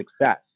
success